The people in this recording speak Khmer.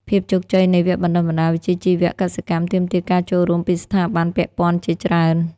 ភាពជោគជ័យនៃវគ្គបណ្តុះបណ្តាលវិជ្ជាជីវៈកសិកម្មទាមទារការចូលរួមពីស្ថាប័នពាក់ព័ន្ធជាច្រើន។